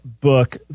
book